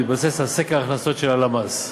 ובהתבסס על סקר הכנסות של הלמ"ס.